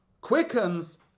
quickens